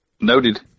Noted